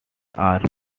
are